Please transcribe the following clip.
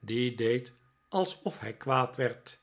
die deed alsof hij kwaad werd